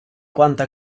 quanto